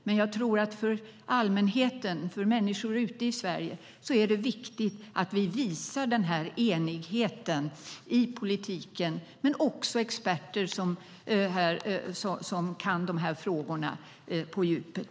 Men för allmänheten och människor ute i Sverige är det viktigt att vi visar enigheten i politiken. Det gäller också experter som kan dessa frågor på djupet.